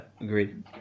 agreed